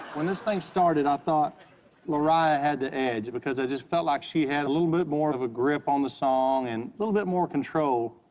when this thing started, i thought larriah had the edge because i just felt like she had a little bit more of a grip on the song and little bit more control,